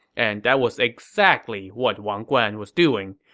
and that was exactly what wang guan was doing.